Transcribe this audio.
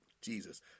Jesus